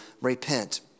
repent